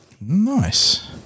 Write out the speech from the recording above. Nice